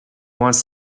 wants